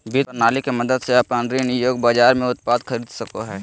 वित्त प्रणाली के मदद से अपन ऋण योग्य बाजार से उत्पाद खरीद सकेय हइ